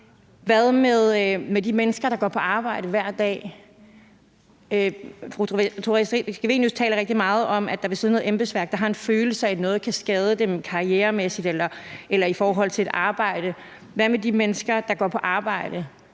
Hvad med de mennesker, der går på arbejde hver dag? Fru Theresa Scavenius taler rigtig meget om, at der vil sidde noget embedsværk, der har en følelse af, at noget kan skade dem karrieremæssigt eller i forhold til et arbejde. Hvad med de mennesker, der går på arbejde,